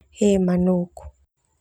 He manuk.